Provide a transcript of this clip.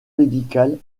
médicales